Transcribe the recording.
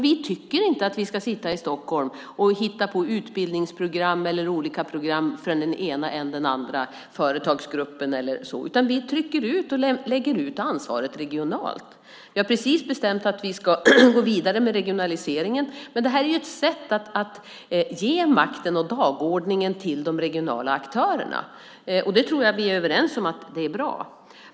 Vi tycker inte att vi ska sitta i Stockholm och hitta på utbildningsprogram och andra program för den ena och den andra företagsgruppen, utan vi trycker så att säga ut ansvaret regionalt. Vi har precis bestämt att vi ska gå vidare med regionaliseringen. Men detta är ett sätt att ge makten och dagordningen till de regionala aktörerna. Jag tror att vi är överens om att det är bra.